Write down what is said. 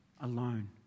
alone